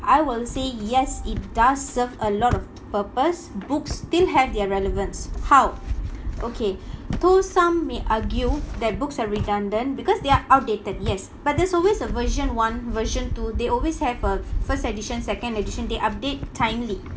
I will say yes it does serve a lot of purpose books still have their relevance how okay to some may argue that books are redundant because they're outdated yes but there's always a version one version two they always have uh first edition second edition they update timely